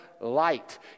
light